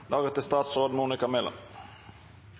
hørt. Statsråd Mæland